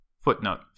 Footnote